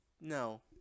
no